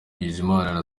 bizimana